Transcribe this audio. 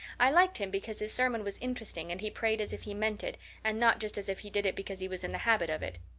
i liked him because his sermon was interesting and he prayed as if he meant it and not just as if he did it because he was in the habit of it.